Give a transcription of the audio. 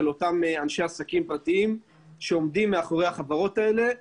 אנשי עסקים פרטיים שעומדים מאחורי החברות הללו ,